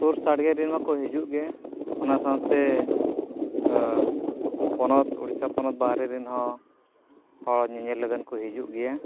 ᱥᱩᱨ ᱥᱟᱰᱜᱮ ᱨᱮᱱ ᱢᱟᱠᱚ ᱦᱤᱡᱩᱜ ᱜᱮ ᱚᱱᱟ ᱥᱟᱶᱛᱮ ᱯᱚᱱᱚᱛ ᱩᱲᱤᱥᱥᱟ ᱯᱚᱱᱚᱛ ᱵᱟᱦᱨᱮ ᱨᱮᱱᱦᱚᱸ ᱦᱚᱸ ᱧᱮᱧᱮᱞ ᱞᱟᱹᱜᱤᱫ ᱠᱚ ᱦᱤᱡᱩᱜ ᱜᱮᱭᱟ